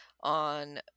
on